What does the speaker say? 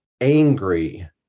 angry